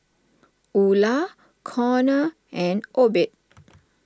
Ula Conor and Obed